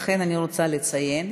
אכן, אני רוצה לציין